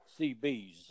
CBs